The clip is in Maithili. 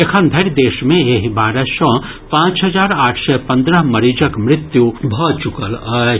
एखन धरि देश मे एहि वायरस सँ पांच हजार आठ सय पन्द्रह मरीजक मृत्यु भऽ चुकल अछि